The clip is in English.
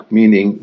meaning